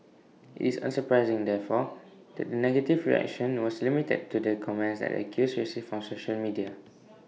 IT is unsurprising therefore that the negative reaction was limited to the comments that the accused received on social media